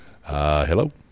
hello